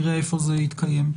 נראה איפה זה יתקיים.